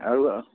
আৰু